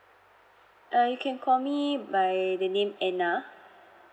uh you can call me by the name anna